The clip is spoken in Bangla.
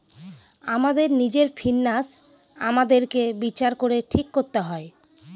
আমাদের নিজের ফিন্যান্স আমাদেরকে বিচার করে ঠিক করতে হয়